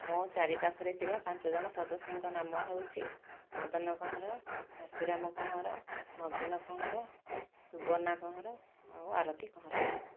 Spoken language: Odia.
ମୋ' ଚାରିପାଖରେ ଥିବା ପାଞ୍ଚଜଣ ସଦସ୍ୟଙ୍କ ନାମ ହେଉଛି ମଦନ କହଁର ଶ୍ରୀରାମ କହଁର ନବୀନ କହଁର ସୁବର୍ଣ୍ଣା କହଁର ଓ ଆରତୀ କହଁର